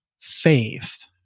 faith